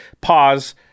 pause